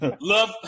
Love